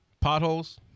Potholes